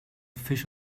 fish